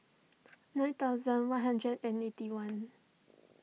nine thousand one hundred and eighty one